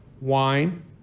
wine